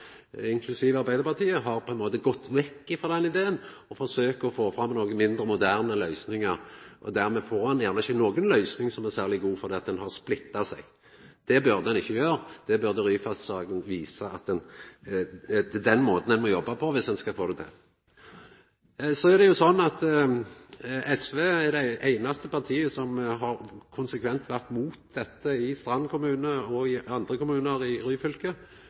inklusive Arbeidarpartiet, har gått vekk frå den ideen og forsøkjer å få fram noko mindre, moderne løysingar. Dermed får ein gjerne ikkje noka løysing som er særleg god, fordi ein er splitta. Det burde ein ikkje vera. Det burde Ryfast-saka ha vist: Det er den måten ein må jobba på, dersom ein skal få det til. SV er det einaste partiet som konsekvent har vore imot dette i Strand kommune og i andre kommunar i